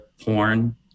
porn